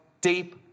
deep